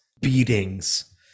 beatings